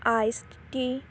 ice tea